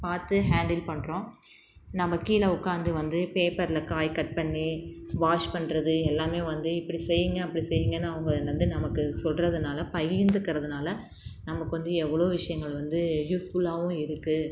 பார்த்து ஹேண்டில் பண்ணுறோம் நம்ம கீழே உட்காந்து வந்து பேப்பரில் காய் கட் பண்ணி வாஷ் பண்ணுறது எல்லாமே வந்து இப்படி செய்யுங்க அப்படி செய்யுங்கனு அவங்க வந்து நமக்கு சொல்கிறதுனால பகிர்ந்துக்கறதுனால் நமக்கு வந்து எவ்வளோ விஷயங்கள் வந்து யூஸ்ஃபுல்லாகவும் இருக்குது